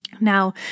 Now